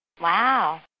Wow